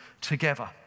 together